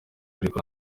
ariko